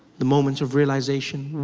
the moment of realization.